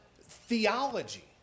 theology